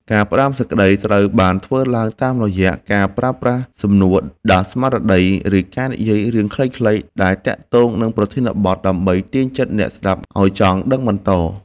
ការផ្ដើមសេចក្ដីត្រូវបានធ្វើឡើងតាមរយៈការប្រើប្រាស់សំនួរដាស់ស្មារតី ឬការនិយាយរឿងខ្លីៗដែលទាក់ទងនឹងប្រធានបទ ដើម្បីទាញចិត្តអ្នកស្ដាប់ឱ្យចង់ដឹងបន្ត។